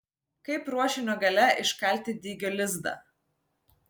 kaip ruošinio gale iškalti dygio lizdą